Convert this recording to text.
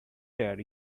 lad